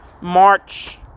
March